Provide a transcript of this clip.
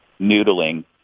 noodling